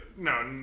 No